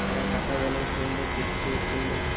যারা কথা বলেও সুন্দর দেখতেও সুন্দর